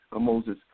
Moses